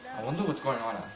i wonder what's going on